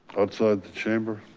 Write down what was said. outside the chamber,